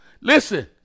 Listen